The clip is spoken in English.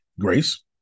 Grace